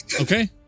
Okay